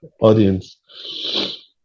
audience